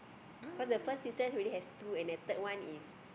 cause the first sister already has two and the third one is